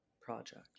project